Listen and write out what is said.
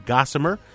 Gossamer